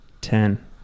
Ten